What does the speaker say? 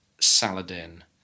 Saladin